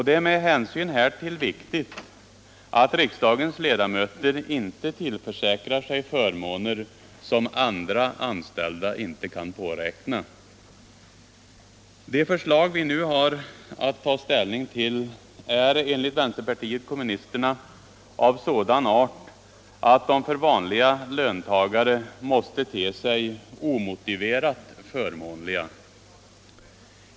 Det är med hänsyn härtill viktigt att riksdagens ledamöter inte tillförsäkrar sig förmåner som andra anställda inte kan påräkna. De förslag vi nu har att ta ställning till är enligt vänsterpartiet kommunisterna av sådan art att de för vanliga löntagare måste te sig omotiverat förmånliga.